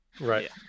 right